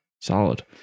Solid